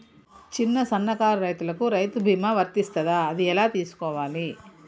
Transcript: చిన్న సన్నకారు రైతులకు రైతు బీమా వర్తిస్తదా అది ఎలా తెలుసుకోవాలి?